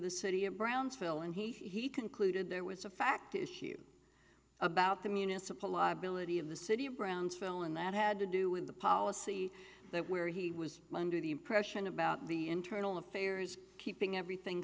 the city of brownsville and he concluded there was a fact issue about the municipal liability of the city of brownsville and that had to do with the policy that where he was under the impression about the internal affairs keeping everything